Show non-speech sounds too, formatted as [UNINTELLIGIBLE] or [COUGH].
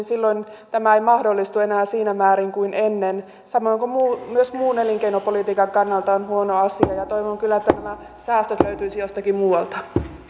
[UNINTELLIGIBLE] silloin tämä ei mahdollistu enää siinä määrin kuin ennen samoin kuin myös muun elinkeinopolitiikan kannalta se on huono asia toivon kyllä että nämä säästöt löytyisivät jostakin muualta